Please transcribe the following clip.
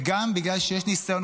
וגם בגלל שיש ניסיון,